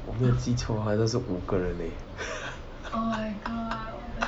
我没有记错好像是五个人 leh